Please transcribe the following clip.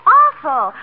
awful